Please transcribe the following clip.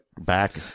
back